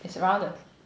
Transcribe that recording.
it's around the